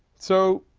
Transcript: so,